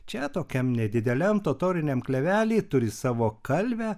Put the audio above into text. čia tokiam nedideliam totoriniam klevely turi savo kalvę